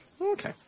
Okay